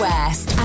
West